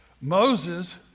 Moses